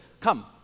come